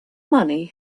money